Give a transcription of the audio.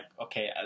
okay